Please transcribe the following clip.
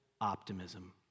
optimism